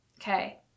Okay